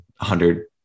hundred